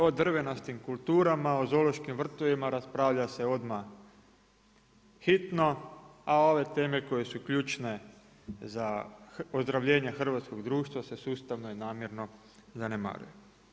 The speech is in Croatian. O drvenastim kulturama, o zoološkim vrtovima raspravlja se odmah hitno, a ove teme koje su ključne za ozdravljenje hrvatskom društva se sustavno i namjerno zanemaruje.